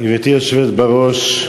גברתי היושבת בראש,